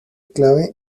clave